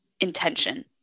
intention